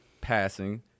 passing